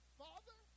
father